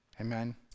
Amen